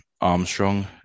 Armstrong